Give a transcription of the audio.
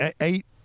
eight